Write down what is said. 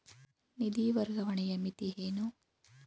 ನಿಧಿ ವರ್ಗಾವಣೆಯ ಮಿತಿ ಏನು?